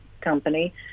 company